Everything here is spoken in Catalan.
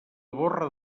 borra